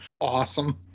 Awesome